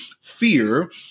fear